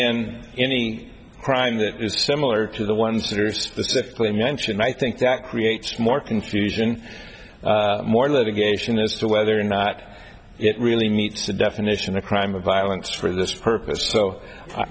in any crime that is similar to the ones that are specifically mentioned i think that creates more confusion more litigation as to whether or not it really meets the definition of crime of violence for this purpose so